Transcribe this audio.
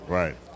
right